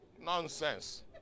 Nonsense